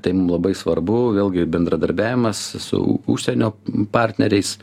tai mum labai svarbu vėlgi bendradarbiavimas su užsienio partneriais